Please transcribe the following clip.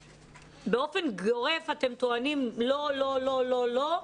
באופן גורף אתם טוענים לא, לא, לא, לא.